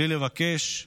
בלי לבקש.